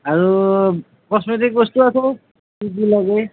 আৰু কচমেটিক বস্তু কি কি লাগে